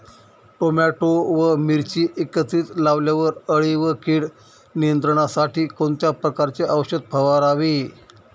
Tomato व मिरची एकत्रित लावल्यावर अळी व कीड नियंत्रणासाठी कोणत्या प्रकारचे औषध फवारावे?